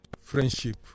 friendship